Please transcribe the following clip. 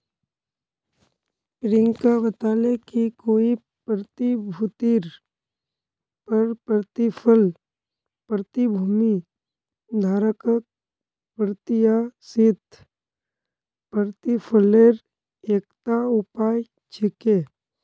प्रियंका बताले कि कोई प्रतिभूतिर पर प्रतिफल प्रतिभूति धारकक प्रत्याशित प्रतिफलेर एकता उपाय छिके